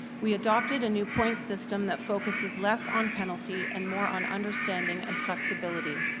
we adopted a new point system that focuses less on penalty and more on understanding and flexibility.